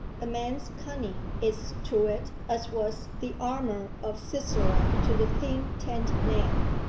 a man's cunning is to it as was the armour of sisera to the thin tent-nail.